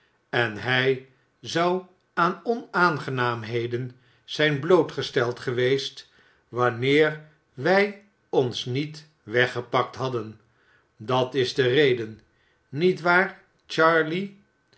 en hij zou aan onaangenaamheden zijn blootgesteld geweest wanneer wij ons niet weggepakt hadden dat is de reden niet waar charley